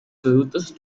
productos